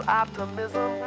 optimism